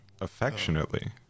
affectionately